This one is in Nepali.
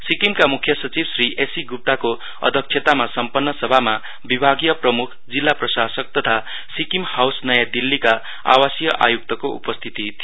सिक्किमका मुख्य सचिव श्री एस सी गुप्ताको अध्यक्षतामा सम्पन्न सभामा विभागीय प्रमुख जिल्ला प्रशासक तथा सिक्किम हाउस नयाँ दिल्लीका आवासीय आयुक्तको उपस्थिति थियो